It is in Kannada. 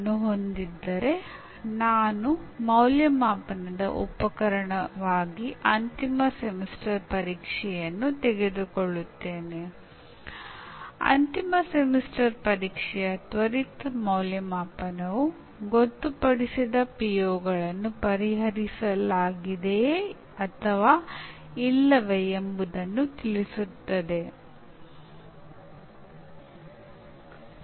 ಇದನ್ನೇ ನಾವು ರಚನಾಪೂರ್ವ ಅಂದಾಜುವಿಕೆ ಎಂದರೆ ವಿದ್ಯಾರ್ಥಿಯು ಒಂದು ಹಂತದವರೆಗೆ ಅಥವಾ ಪಠ್ಯಕ್ರಮದ ಕೊನೆಯಲ್ಲಿ ಏನು ಕಲಿತಿದ್ದಾನೆ ಎಂಬುದನ್ನು ನಿರ್ಧರಿಸಲು ನೀವು ಅಂದಾಜುವಿಕೆ ಮಾಡುತ್ತಿದ್ದೀರಿ